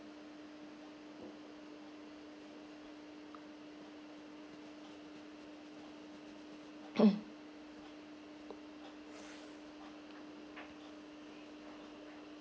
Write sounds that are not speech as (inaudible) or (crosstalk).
(coughs)